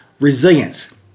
Resilience